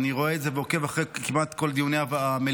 אני רואה את זה ועוקב כמעט אחרי כל דיוני המליאה,